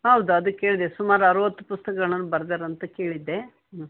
ಹೌದು ಅದು ಕೇಳಿದೆ ಸುಮಾರು ಅರ್ವತ್ತು ಪುಸ್ತಕ್ಗಳನ್ನ ಬರ್ದಾರಂತ ಕೇಳಿದ್ದೆ ಹ್ಞೂ